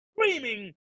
screaming